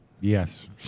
Yes